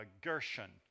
Gershon